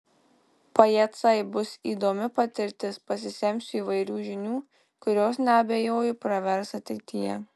pajacai bus įdomi patirtis pasisemsiu įvairių žinių kurios neabejoju pravers ateityje